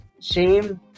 shame